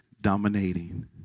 dominating